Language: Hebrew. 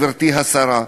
גברתי השרה,